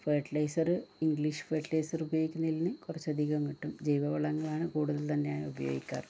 fertiliser English fertilizer ഉപയോഗിക്കുന്നതില്ന് കുറച്ചധികം കിട്ടും ജൈവ വളങ്ങളാണ് കൂടുതലും തന്നെ ഞാൻ ഉപയോഗിക്കാറ്